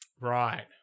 Right